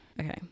Okay